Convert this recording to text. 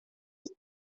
que